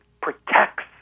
protects